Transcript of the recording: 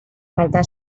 falta